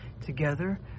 Together